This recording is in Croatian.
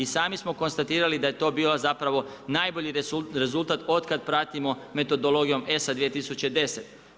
I sami smo konstatirali da je to bio zapravo najbolji rezultat otkad pratimo metodologijom ESA 2010.